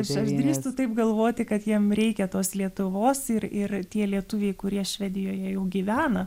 aš drįstu taip galvoti kad jiem reikia tos lietuvos ir ir tie lietuviai kurie švedijoje jau gyvena